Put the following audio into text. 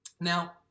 Now